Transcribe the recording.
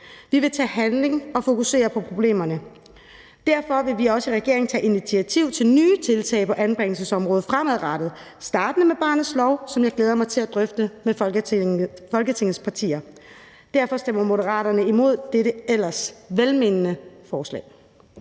Vi vil tage handling og fokusere på problemerne. Derfor vil vi også i regeringen tage initiativ til nye tiltag på anbringelsesområdet fremadrettet startende med barnets lov, som jeg glæder mig til at drøfte med Folketingets partier. Derfor stemmer Moderaterne imod dette ellers velmenende forslag.